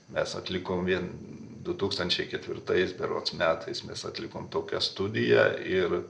mes atlikom vien du tūkstančiai ketvirtais berods metais mes atlikom tokią studiją ir